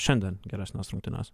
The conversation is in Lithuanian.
šiandien geresnes rungtynes